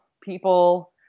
people